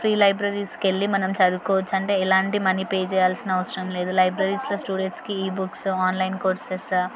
free లైబ్రరీస్కు వెళ్ళి మనం చదువుకోవచ్చు అంటే ఎలాంటి మనీ పే చెయ్యాల్సిన అవసరం లేదు లైబ్రరీలో స్టూడెంట్స్కి ఈ బుక్స్ ఆన్లైన్ కోర్సెస్